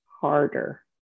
harder